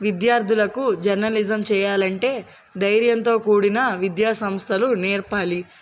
విద్యార్థులకు జర్నలిజం చేయాలంటే ధైర్యంతో కూడిన విద్యా సంస్థలు నేర్పాలి